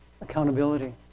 accountability